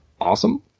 Awesome